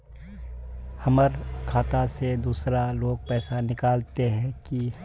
हमर खाता से दूसरा लोग पैसा निकलते है की?